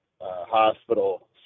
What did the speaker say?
hospital